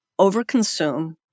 overconsume